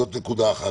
זאת נקודה אחת.